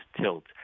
tilt